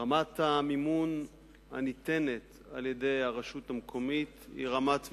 רמת המימון הניתנת על-ידי הרשות המקומית היא רמת מימון,